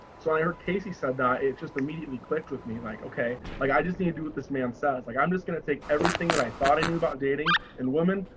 so i heard casey said that it just immediately clicked with me like, okay, like, i just need to do what this man says like, i'm just gonna take everything that i thought i knew about dating and woman,